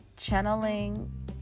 channeling